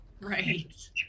right